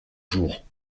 jours